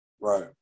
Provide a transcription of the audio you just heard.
Right